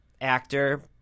actor